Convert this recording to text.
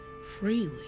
freely